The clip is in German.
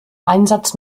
einsatz